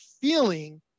feeling